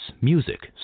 music